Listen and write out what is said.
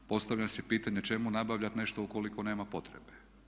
Postavlja se pitanje čemu nabavljati nešto ukoliko nema potrebe.